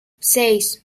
seis